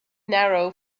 narrow